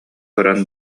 көрөн